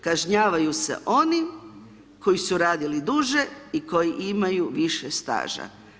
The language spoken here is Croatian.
Kažnjavaju se oni koji su radili duže i koji imaju više staža.